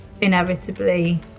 inevitably